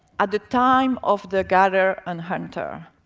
at the time of the gather and hunter.